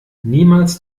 niemals